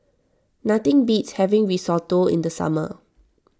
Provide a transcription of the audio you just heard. nothing beats having Risotto in the summer